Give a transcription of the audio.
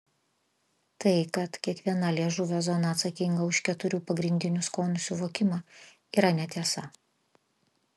tai kad kiekviena liežuvio zona atsakinga už keturių pagrindinių skonių suvokimą yra netiesa